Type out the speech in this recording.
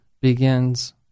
begins